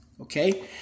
Okay